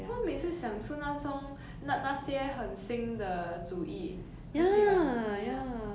他们每次想出那种那那些很新的主意很喜欢 ya